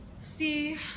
See